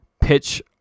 pitch